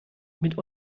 mit